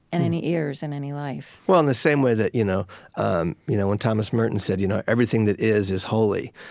and any ears, in any life well, in the same way that you know um you know when thomas merton said, you know everything that is, is holy,